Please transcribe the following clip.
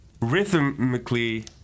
Rhythmically